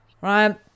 Right